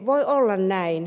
voi olla näin